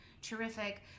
Terrific